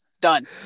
done